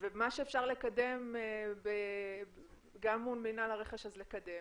ומה שאפשר לקדם גם מול מינהל הרכש אז לקדם.